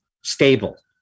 stable